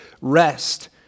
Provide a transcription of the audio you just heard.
rest